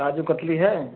काजू कतली है